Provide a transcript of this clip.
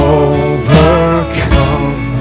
overcome